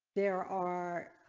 there are.